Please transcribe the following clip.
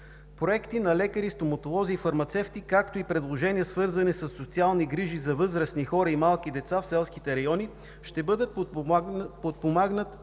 Проекти на лекари, стоматолози и фармацевти, както и предложения, свързани със социални грижи за възрастни хора и малки деца в селските райони, ще бъдат подпомогнати